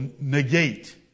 negate